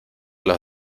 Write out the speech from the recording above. los